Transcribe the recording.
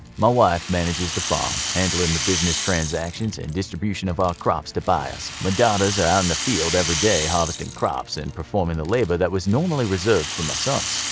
my wife manages the farm, handling the business transactions and distribution of our crops to buyers. my daughters are out in the field everyday harvesting crops and performing the labor that was normally reserved for my sons.